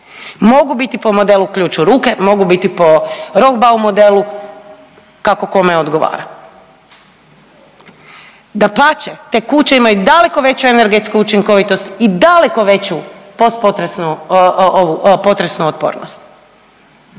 Mogu biti po modelu ključ u ruke, mogu biti po roh bau modelu, kako kome odgovara. Dapače te kuće imaju daleko veću energetsku učinkovitost i daleko veću postpotresnu ovu potresnu